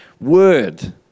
word